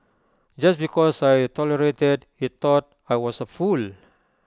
just because I tolerated he thought I was A fool